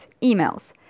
emails